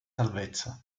salvezza